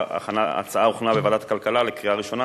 ההצעה הוכנה בוועדת כלכלה לקריאה ראשונה,